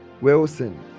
Wilson